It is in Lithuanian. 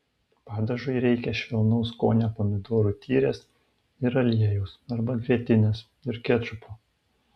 padažui reikia švelnaus skonio pomidorų tyrės ir aliejaus arba grietinės ir kečupo